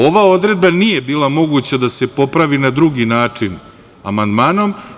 Ova odredba nije bila moguća da se popravi na drugi način amandmanom.